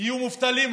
יהיו אחרי זה מובטלים.